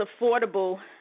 affordable